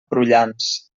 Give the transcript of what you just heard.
prullans